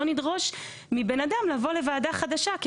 לא נדרוש מבן אדם לבוא לוועדה חדשה,